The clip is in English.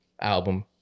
album